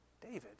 David